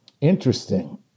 Interesting